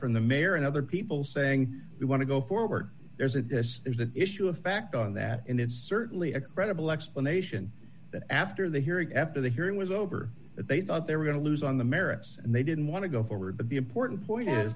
from the mayor and other people saying we want to go forward there's an issue of fact on that and it's certainly a credible explanation that after the hearing after the hearing was over they thought they were going to lose on the merits and they didn't want to go forward but the important point